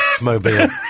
mobile